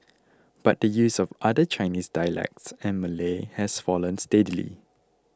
but the use of other Chinese dialects and Malay has fallen steadily